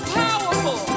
powerful